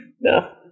No